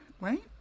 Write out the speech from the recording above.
right